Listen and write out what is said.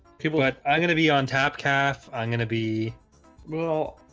people that i'm gonna be on tap calf. i'm gonna be well